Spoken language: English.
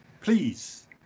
Please